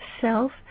self